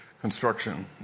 Construction